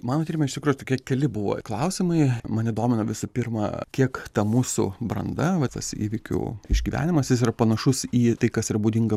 mano tyrime ištikrųjų tokie keli buvo klausimai mane domino visų pirma kiek ta mūsų branda va tas įvykių išgyvenimas jis yra panašus į tai kas ir būdinga